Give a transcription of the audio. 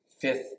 fifth